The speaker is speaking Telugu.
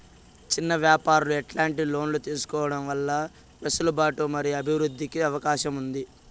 చిన్న వ్యాపారాలు ఎట్లాంటి లోన్లు తీసుకోవడం వల్ల వెసులుబాటు మరియు అభివృద్ధి కి అవకాశం ఉంది?